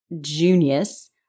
Junius